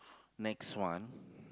next one